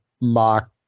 mock